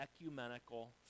ecumenical